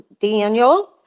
Daniel